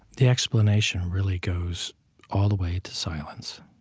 the explanation really goes all the way to silence.